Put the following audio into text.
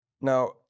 Now